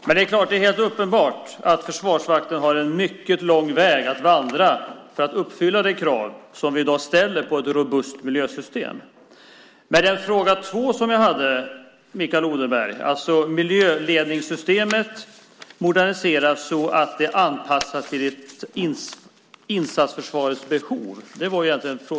Det är helt uppenbart att Försvarsmakten har en mycket lång väg att vandra för att uppfylla de krav som vi i dag ställer på ett robust miljösystem. Min fråga 2, Mikael Odenberg, gällde miljöledningssystemet och dess modernisering så att det är anpassat till insatsförsvarets behov.